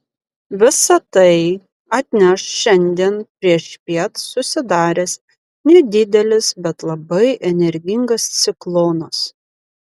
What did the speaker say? visa tai atneš šiandien priešpiet susidaręs nedidelis bet labai energingas ciklonas